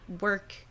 work